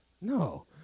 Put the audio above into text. No